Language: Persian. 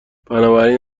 بنابراین